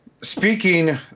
speaking